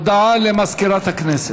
הודעה למזכירת הכנסת.